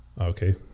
Okay